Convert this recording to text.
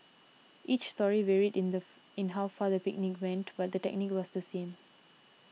each story varied in the in how far the picnic went but the technique was the same